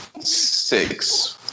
Six